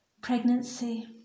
pregnancy